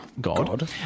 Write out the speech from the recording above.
god